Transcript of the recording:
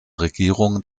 regierung